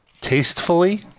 tastefully